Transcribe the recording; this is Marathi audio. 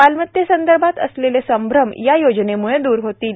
मालमत्तेसंदर्भात असलेले संभ्रम या योजनेम्ळे दूर होतील